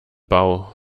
bau